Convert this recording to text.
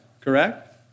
correct